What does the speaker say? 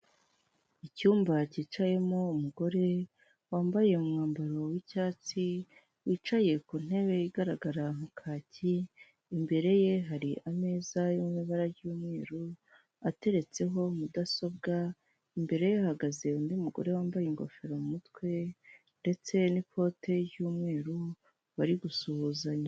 Icyumba cyicayemo umugore wambaye umwambaro w'icyatsi wicaye ku ntebe igaragara mu kaki, imbere ye hari ameza mu ibara ry'umweru ateretseho mudasobwa, imbere ye hahagaze undi mugore wambaye ingofero mu mutwe ndetse n'ikote ry'umweru bari gusuhuzanya.